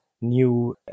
new